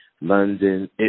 London